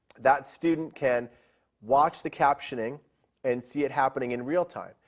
that student can watch the captioning and see it happening in real time.